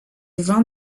vin